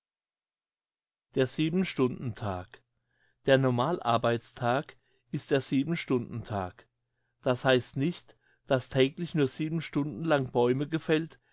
der siebenstundentag der normalarbeitstag ist der siebenstundentag das heisst nicht dass täglich nur sieben stunden lang bäume gefällt